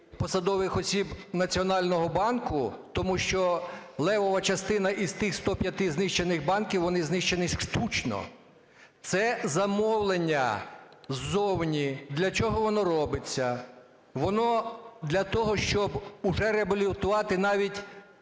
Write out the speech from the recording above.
посадових осіб Національного банку, тому що левова частина із тих 105 знищених банків, вони знищені штучно. Це замовлення ззовні. Для чого воно робиться? Воно для того, щоб уже реабілітувати навіть